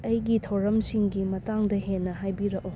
ꯑꯩꯒꯤ ꯊꯧꯔꯝꯁꯤꯡꯒꯤ ꯃꯇꯥꯡꯗ ꯍꯦꯟꯅ ꯍꯥꯏꯕꯤꯔꯛꯎ